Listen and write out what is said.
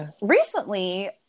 recently